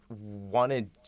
wanted